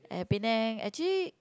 and Penang actually